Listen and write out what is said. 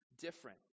different